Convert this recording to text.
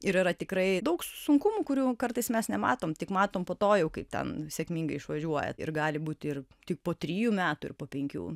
ir yra tikrai daug sunkumų kurių kartais mes nematom tik matom po to jau kaip ten sėkmingai išvažiuoja tai ir gali būti ir tik po trijų metų ir po penkių